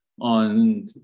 on